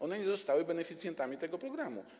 One nie zostały beneficjentami tego programu.